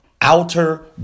outer